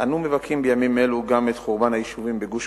אנו מבכים בימים אלו גם את חורבן היישובים בגוש-קטיף.